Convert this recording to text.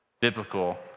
biblical